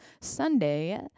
Sunday